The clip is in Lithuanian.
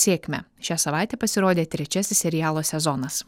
sėkmę šią savaitę pasirodė trečiasis serialo sezonas